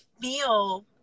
feel